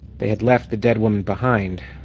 they had left the dead woman behind,